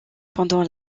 pendant